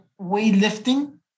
weightlifting